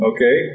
Okay